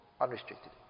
unrestricted